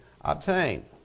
obtain